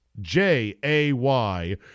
J-A-Y